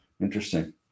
Interesting